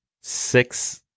six